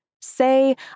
Say